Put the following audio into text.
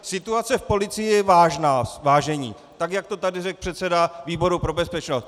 Situace v policii je vážná, vážení, tak jak to tady řekl předseda výboru pro bezpečnost.